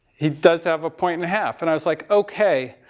he does have a point and a half. and i was, like, okay.